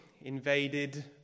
invaded